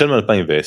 החל מ-2010,